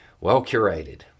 Well-curated